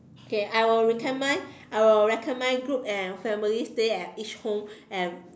K I will recommend I will recommend group and family stay at each home and